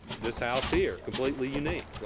this house here, completely unique.